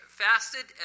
fasted